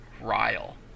Ryle